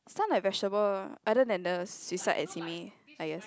stun like vegetable other than the seaside at Simei I guess